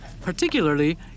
Particularly